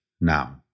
now